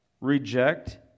reject